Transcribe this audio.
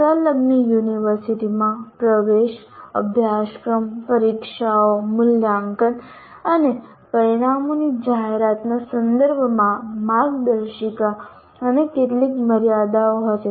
સંલગ્ન યુનિવર્સિટીમાં પ્રવેશ અભ્યાસક્રમ પરીક્ષાઓ મૂલ્યાંકન અને પરિણામોની જાહેરાતના સંદર્ભમાં માર્ગદર્શિકા અને કેટલીક મર્યાદાઓ હશે